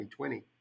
2020